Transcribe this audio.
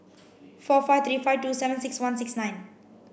four five three five two seven six one six nine